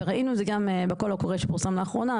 וראינו את זה גם בקול הקורא שפורסם לאחרונה,